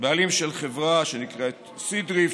הוא בעלים של חברה שנקראת סידריפ,